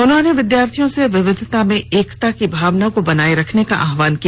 उन्होंने विद्यार्थियों से विविधता में एकता की भावना को बनाए रखने का आह्वान किया